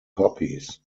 copies